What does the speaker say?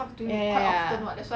ya ya ya